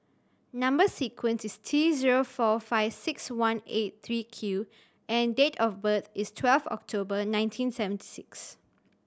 number sequence is T zero four five six one eight three Q and date of birth is twelve October nineteen seventy six